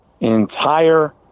entire